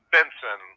Benson